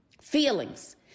Feelings